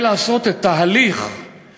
שאם אתה רוצה להחליט משהו,